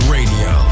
Radio